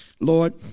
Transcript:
Lord